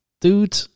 dude